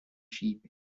sheep